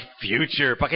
future